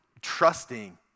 trusting